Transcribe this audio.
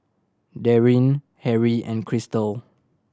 Darrien Harrie and Cristal